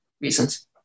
reasons